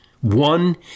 One